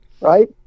right